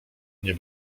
nie